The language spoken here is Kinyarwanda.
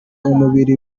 umubiri